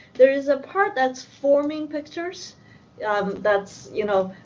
there is a part that's forming pictures that's, you know,